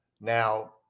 Now